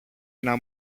ένα